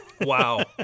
Wow